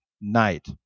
night